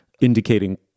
indicating